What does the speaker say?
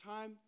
time